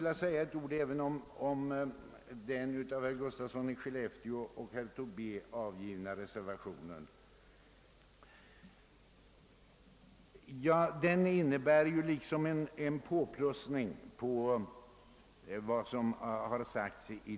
har framhållits i reservationen b.